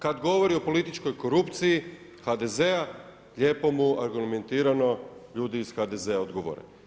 Kada govori o političkoj korupciji HDZ-a lijepo mu argumentirano ljudi iz HDZ-a odgovore.